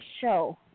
show